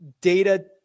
data